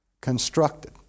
constructed